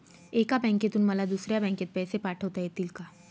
एका बँकेतून मला दुसऱ्या बँकेत पैसे पाठवता येतील का?